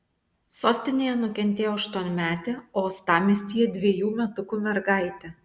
sostinėje nukentėjo aštuonmetė o uostamiestyje dvejų metukų mergaitė